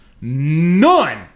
none